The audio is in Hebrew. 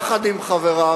יחד עם חבריו,